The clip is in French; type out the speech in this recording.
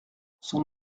son